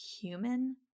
human